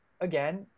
again